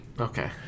Okay